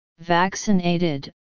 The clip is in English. vaccinated